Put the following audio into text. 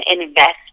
invest